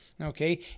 Okay